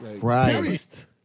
Christ